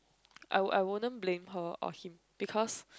I would I wouldn't blame her or him because